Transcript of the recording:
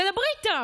תדברי איתם.